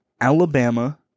Alabama